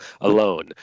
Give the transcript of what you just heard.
alone